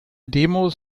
demos